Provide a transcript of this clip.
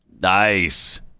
Nice